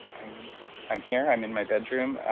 i'm i'm here, i'm in my bedroom.